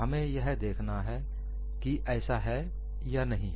हमें यह देखना है कि ऐसा है या नहीं है